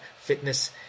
fitness